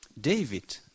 David